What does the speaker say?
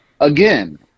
again